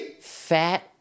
fat